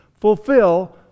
fulfill